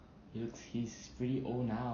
he looks he's really old now